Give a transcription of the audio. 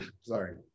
sorry